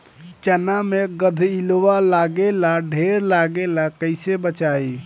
चना मै गधयीलवा लागे ला ढेर लागेला कईसे बचाई?